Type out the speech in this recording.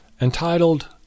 entitled